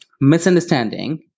misunderstanding